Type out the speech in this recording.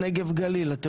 זה